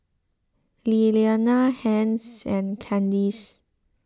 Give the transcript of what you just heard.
Lilianna Hence and Candyce